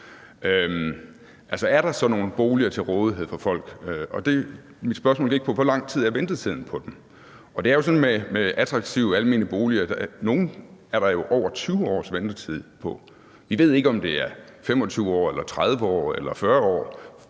er der sådan nogle boliger til rådighed for folk? Og spørgsmålet gik på, hvor lang ventetiden på dem er. Det er jo sådan med attraktive almene boliger, at der er over 20 års ventetid på nogle af dem. Vi ved ikke, om det er 25 år, 30 år eller 40 år,